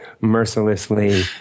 mercilessly